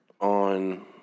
on